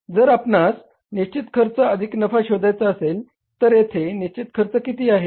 जर आपणस निश्चित खर्च अधिक नफा शोधायचा असेल तर येथे निश्चित खर्च किती आहे